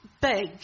big